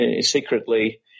secretly